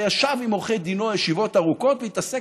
וישב עם עורכי דינו ישיבות ארוכות והתעסק